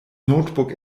notebook